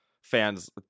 fans